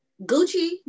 Gucci